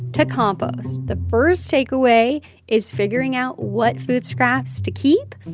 to compost the first takeaway is figuring out what food scraps to keep.